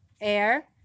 air